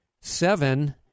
Seven